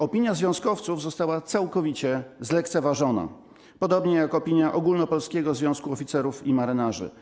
Opinia związkowców została całkowicie zlekceważona, podobnie jak opinia ogólnopolskiego związku oficerów i marynarzy.